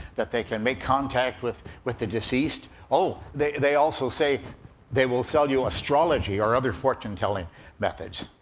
that they can make contact with with the deceased. oh, they they also say they will sell you astrology or other fortunetelling methods.